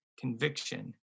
conviction